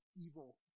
evil